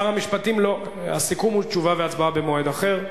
הסיכום הוא תשובה והצבעה במועד אחר,